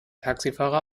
taxifahrer